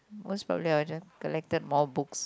most probably I would just collected more books